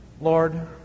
Lord